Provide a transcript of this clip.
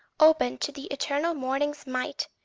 open to the eternal morning's might,